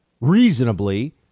reasonably